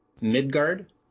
Midgard